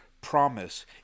promise